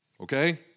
Okay